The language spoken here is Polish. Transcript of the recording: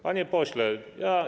Panie pośle, ja.